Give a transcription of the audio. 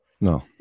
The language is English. No